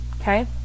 Okay